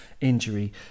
injury